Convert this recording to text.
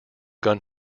gun